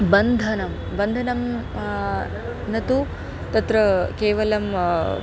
बन्धनं बन्धनं न तु तत्र केवलं